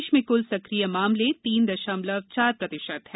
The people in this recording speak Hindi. देश में कुल सक्रिय मामले तीन दशमलव चार प्रतिशत है